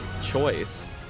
choice